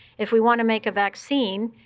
if we want to make a vaccine,